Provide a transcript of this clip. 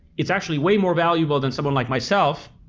it's actually way more valuable than someone like myself